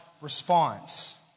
response